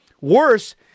Worse